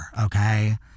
Okay